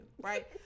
right